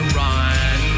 run